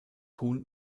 huhn